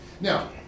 Now